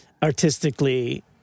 artistically